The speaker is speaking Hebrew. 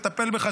תטפל בך,